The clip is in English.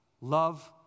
love